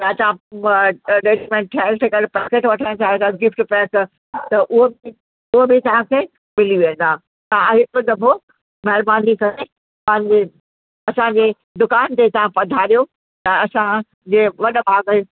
जा तव्हां रेडीमेड ठहियल ठुकियल पैकेट वठणु चाहियो था गिफ़्ट पैक त उहो उहो बि तव्हांखे मिली वेंदा तव्हां हिकु दफ़ो महिरबानी करे पंहिंजे असांजे दुकान ते तव्हां पधारियो त असांजे वॾा भाॻ